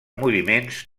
moviments